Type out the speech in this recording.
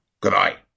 Goodbye